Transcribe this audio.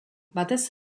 batez